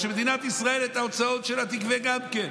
ומדינת ישראל תגבה את ההוצאות שלה גם כן,